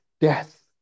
death